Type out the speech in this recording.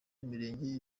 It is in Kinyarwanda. imirenge